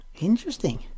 Interesting